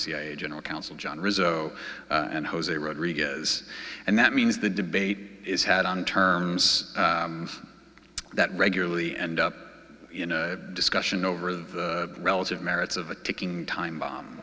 cia general counsel john rizzo and jose rodriguez and that means the debate is had on terms that regularly end up in a discussion over the relative merits of a ticking time bomb